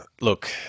look